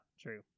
true